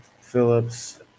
Phillips